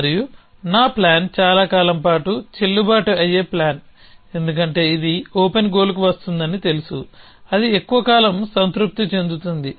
మరియు నా ప్లాన్ చాలా కాలం పాటు చెల్లుబాటు అయ్యే ప్లాన్ ఎందుకంటే ఇది ఓపెన్ గోల్కి వస్తుందని తెలుసు అది ఎక్కువ కాలం సంతృప్తి చెందుతుంది